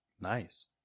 Nice